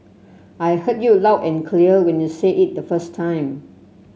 I heard you loud and clear when you said it the first time